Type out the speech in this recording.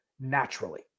naturally